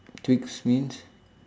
twigs means